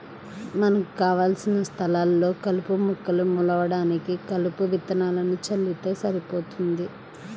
మనకు కావలసిన స్థలాల్లో కలుపు మొక్కలు మొలవడానికి కలుపు విత్తనాలను చల్లితే సరిపోతుంది